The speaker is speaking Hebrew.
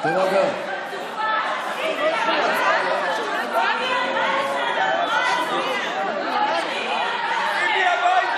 חברות וחברי הכנסת, להלן תוצאות